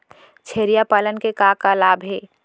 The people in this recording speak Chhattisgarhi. छेरिया पालन के का का लाभ हे?